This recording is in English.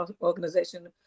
organization